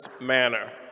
manner